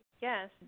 yes